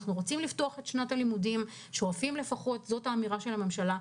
כי אנחנו רוצים לפתוח את שנת הלימודים זאת האמירה של הממשלה,